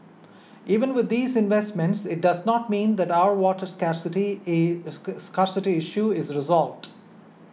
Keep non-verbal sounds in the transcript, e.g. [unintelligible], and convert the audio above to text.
even with these investments it does not mean that our water scarcity [unintelligible] scarcity issue is resolved